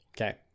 Okay